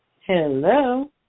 Hello